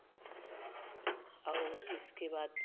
और इसके बाद